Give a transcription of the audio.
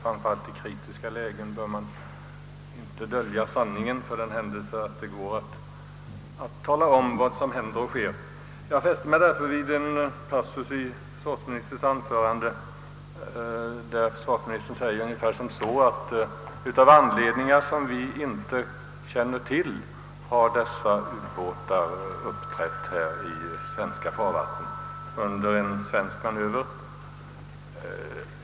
Man bör inte dölja sanningen — 'ramför allt i kritiska lägen — för den händelse det finns möjlighet att tala om vad som händer, Jag fäste mig därför vid en passus i försvarsministerns anförande, där han nämnde att av anledningar som vi inte känner till har dessa ubåtar uppträtt i svenska farvatten under en svensk manöver.